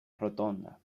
rotonda